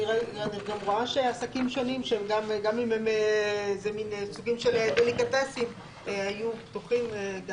אני גם רואה שעסקים שונים שגם אם הם מעין סוגים של דליקטסים היו פתוחים.